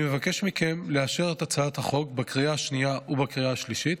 אני מבקש מכם לאשר את הצעת החוק בקריאה השנייה ובקריאה השלישית